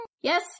Yes